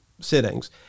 sittings